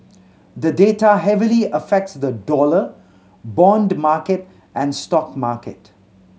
the data heavily affects the dollar bond market and stock market